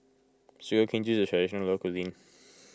Sugar Cane Juice is a Traditional Local Cuisine